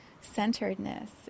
centeredness